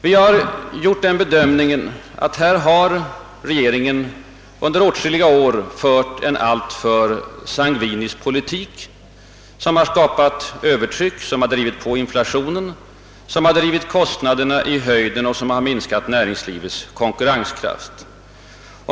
Vi menar, att regeringen under åtskilliga år fört en alltför sangvinisk politik, som har skapat övertryck i samhällsekonomin och drivit på inflationen, som har drivit kostnaderna i höjden och som har minskat näringslivets konkurrenskraft.